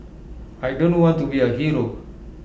I don't want to be A hero